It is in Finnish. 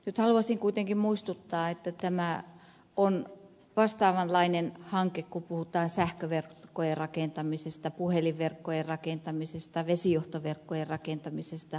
nyt haluaisin kuitenkin muistuttaa että tämä on vastaavanlainen hanke kun puhutaan sähköverkkojen rakentamisesta puhelinverkkojen rakentamisesta vesijohtoverkkojen rakentamisesta